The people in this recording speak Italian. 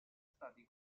stati